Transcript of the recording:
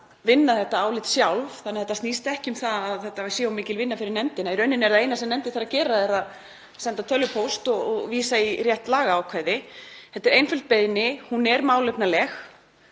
vinna þetta álit sjálf þannig að þetta snýst ekki um að þetta sé of mikil vinna fyrir nefndina. Í rauninni er það eina sem nefndin þarf að gera er að senda tölvupóst og vísa í rétt lagaákvæði. Þetta er einföld beiðni, hún er málefnaleg